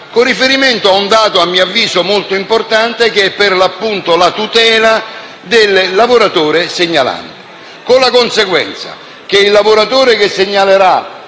con riferimento un dato, a mio avviso, molto importante, che è, per l'appunto, la tutela del lavoratore segnalante. Con la conseguenza che il lavoratore che segnalerà